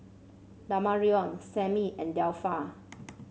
Damarion Sammie and Delpha